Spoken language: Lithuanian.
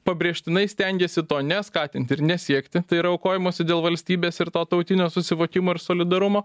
pabrėžtinai stengėsi to neskatinti ir nesiekti tai yra aukojimosi dėl valstybės ir to tautinio susivokimo ir solidarumo